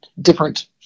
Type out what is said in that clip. different